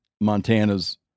Montana's